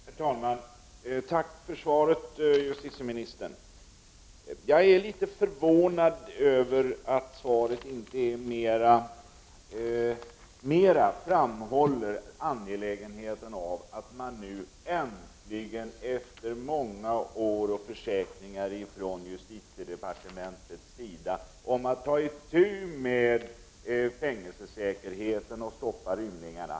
Herr talman! Jag tackar justitieministern för svaret. Jag är litet förvånad över att hon inte i svaret framhåller det angelägna i att man nu äntligen efter många år och efter många försäkringar från justitiedepartementets sida tar itu med säkerheten i fängelserna och stoppar rymningarna.